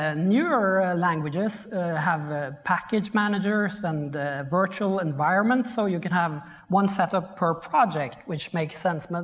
ah newer languages have ah package managers and virtual environment. so you can have one set up per project which makes sense,